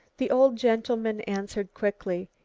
the old gentleman answered quickly,